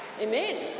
Amen